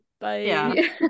Bye